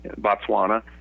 Botswana